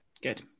Good